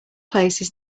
places